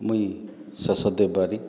ମୁଇଁ ସସଦେବ ବାରିକ୍